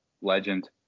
Legend